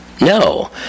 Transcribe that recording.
no